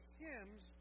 hymns